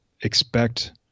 expect